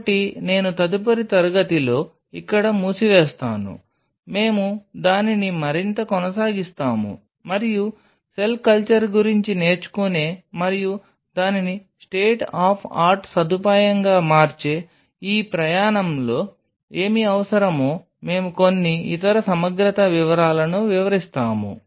కాబట్టి నేను తదుపరి తరగతిలో ఇక్కడ మూసివేస్తాను మేము దానిని మరింత కొనసాగిస్తాము మరియు సెల్ కల్చర్ గురించి నేర్చుకునే మరియు దానిని స్టేట్ ఆఫ్ ఆర్ట్ సదుపాయంగా మార్చే ఈ ప్రయాణంలో ఏమి అవసరమో మేము కొన్ని ఇతర సమగ్రత వివరాలను వివరిస్తాము